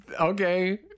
okay